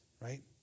right